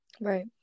right